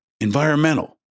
environmental